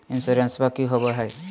इंसोरेंसबा की होंबई हय?